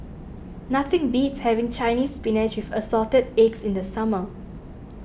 nothing beats having Chinese Spinach with Assorted Eggs in the summer